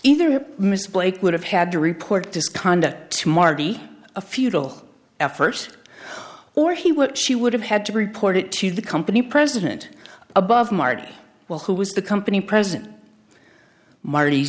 either mr blake would have had to report his conduct to marty a futile effort or he would she would have had to report it to the company president above marty well who was the company president marty